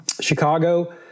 Chicago